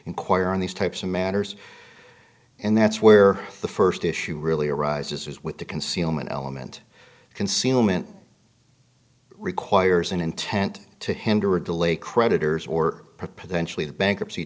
inquire on these types of matters and that's where the st issue really arises is with the concealment element concealment requires an intent to hinder or delay creditors or potentially the bankruptcy